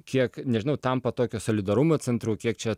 kiek nežinau tampa tokio solidarumo centru kiek čia